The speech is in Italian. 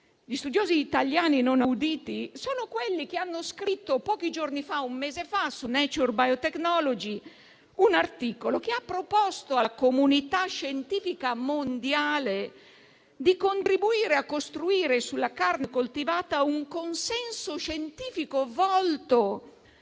gli studiosi italiani non auditi sono quelli che hanno scritto un mese fa su «Nature Biotechnology» un articolo che ha proposto alla comunità scientifica mondiale di contribuire a costruire sulla carne coltivata un consenso scientifico volto